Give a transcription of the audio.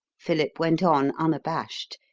philip went on, unabashed,